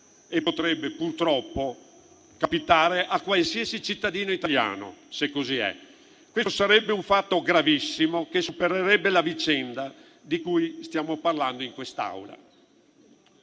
e potrebbe purtroppo capitare a qualsiasi cittadino italiano. Se così è, questo sarebbe un fatto gravissimo, che supererebbe la vicenda di cui stiamo parlando in quest'Aula.